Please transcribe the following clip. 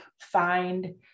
find